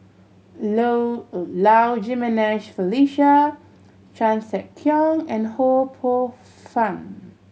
Low Jimenez Felicia Chan Sek Keong and Ho Poh Fun